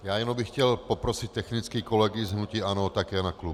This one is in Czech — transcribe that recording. Já jenom bych chtěl poprosit technicky kolegy z hnutí ANO také na klub.